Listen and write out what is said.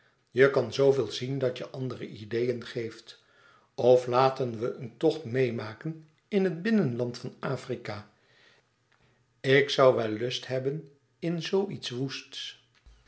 je kan zooveel zien dat je andere ideeën geeft of laten we een tocht meêmaken in het binnenland van afrika ik zoû wel lust hebben in zoo iets woeste